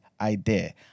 idea